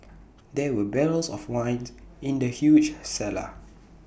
there were barrels of wine in the huge cellar